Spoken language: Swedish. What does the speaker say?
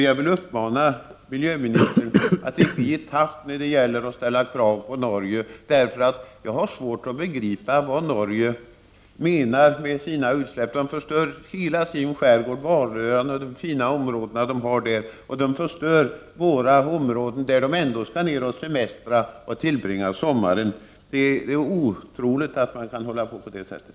Jag vill uppmana miljöministern att inte ge tappt när det gäller att ställa krav på Norge. Jag har svårt att begripa vad Norge menar med sina utsläpp. De förstör hela sin skärgård, de fina områden de har vid Hvaleröarna. De förstör även våra områden, där de skall semestra och tillbringa sommaren. Det är otroligt att man kan hålla på på det här sättet.